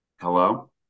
hello